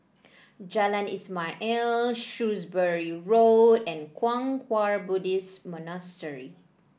Jalan Ismail Shrewsbury Road and Kwang Hua Buddhist Monastery